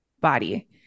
body